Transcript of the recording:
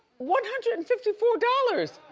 one hundred and fifty four dollars.